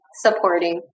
supporting